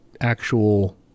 actual